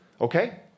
okay